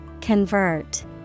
Convert